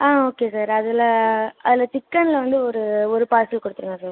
ஆ okay sir அதில் அதில் சிக்கனில் வந்து ஒரு ஒரு பார்சல் கொடுத்துருங்க சார்